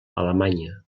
alemanya